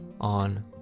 on